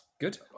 good